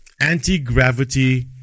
Anti-gravity